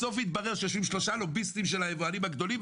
בסוף התברר שיושבים על זה שלושה לוביסטים של היבואנים הגדולים.